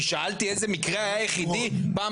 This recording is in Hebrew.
כי שאלתי איזה מקרה היה היחידי פעם